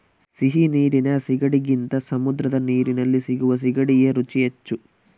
ಸಿಹಿ ನೀರಿನ ಸೀಗಡಿಗಿಂತ ಸಮುದ್ರದ ನೀರಲ್ಲಿ ಸಿಗುವ ಸೀಗಡಿಯ ರುಚಿ ಹೆಚ್ಚು